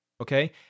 Okay